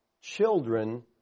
children